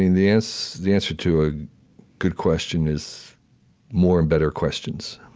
the answer the answer to a good question is more and better questions